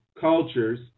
cultures